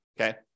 okay